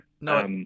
no